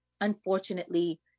Unfortunately